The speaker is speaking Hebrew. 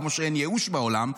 כמו שאין ייאוש בעולם,